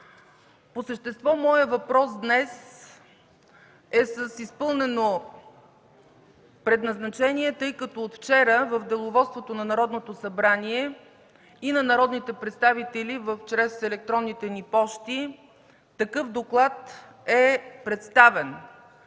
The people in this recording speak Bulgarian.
По същество моят въпрос днес е с изпълнено предназначение, тъй като от вчера в Деловодството на Народното събрание и на народните представители чрез електронните ни пощи, такъв доклад е представен